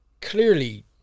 Clearly